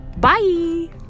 Bye